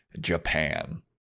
Japan